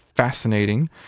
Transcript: fascinating